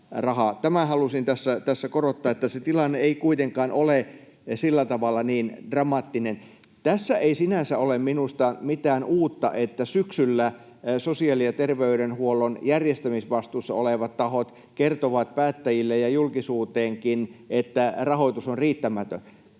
Tämän halusin tässä korostaa, että se tilanne ei kuitenkaan ole sillä tavalla niin dramaattinen. Tässä ei sinänsä ole minusta mitään uutta, että syksyllä sosiaali- ja terveydenhuollon järjestämisvastuussa olevat tahot kertovat päättäjille ja julkisuuteenkin, että rahoitus on riittämätön.